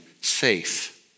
safe